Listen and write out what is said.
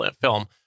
film